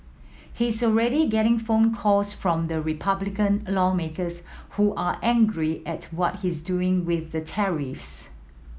he's already getting phone calls from the Republican lawmakers who are angry at what he's doing with the tariffs